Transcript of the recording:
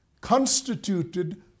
constituted